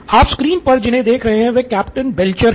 आप स्क्रीन पर जिन्हे देख रहे हैं वह कैप्टन बेल्चर है